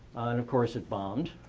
of course it bombed.